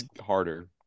harder